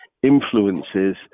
influences